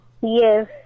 Yes